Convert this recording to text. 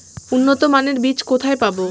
উন্নতমানের বীজ কোথায় পাব?